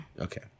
Okay